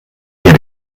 wir